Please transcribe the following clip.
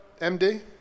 MD